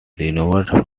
renowned